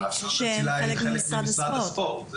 הרשות לצלילה היא חלק ממשרד הספורט.